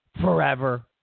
forever